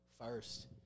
First